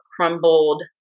crumbled